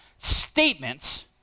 statements